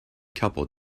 couple